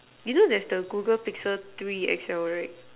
you know there's the Google pixel three X_L right